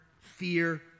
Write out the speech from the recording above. fear